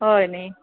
हय न्ही